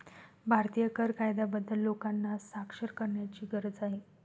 भारतीय कर कायद्याबद्दल लोकांना साक्षर करण्याची गरज आहे